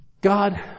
God